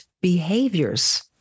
behaviors